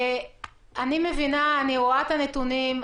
אני רואה את הנתונים,